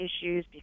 issues